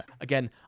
again